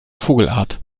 vogelart